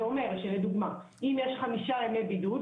זה אומר שלדוגמא אם יש חמישה ימי בידוד